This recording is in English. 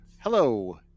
Hello